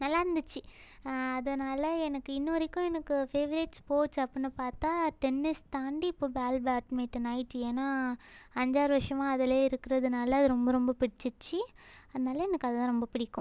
நல்லாயிருந்துச்சி அதனால் எனக்கு இன்று வரைக்கும் எனக்கு ஃபேவரெய்ட் ஸ்போர்ட்ஸ் அப்படின்னு பார்த்தா டென்னிஸ் தாண்டி இப்போ பால் பேட்மிட்டன் ஆகிட்டு ஏன்னால் அஞ்சாறு வருஷமாக அதில் இருக்கிறதுனால அது ரொம்ப ரொம்ப பிடிச்சிடுச்சு அதனால எனக்கு அதுதான் ரொம்ப பிடிக்கும்